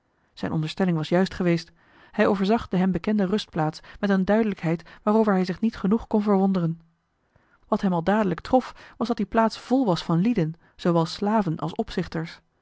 zijn onderstelling was juist geweest hij overzag de hem bekende rustplaats met een duidelijkheid waarover hij zich niet genoeg kon verwonderen wat hem al dadelijk trof was dat die plaats vol was van lieden zoowel slaven als opzichters